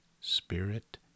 spirit